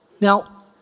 Now